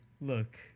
Look